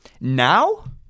Now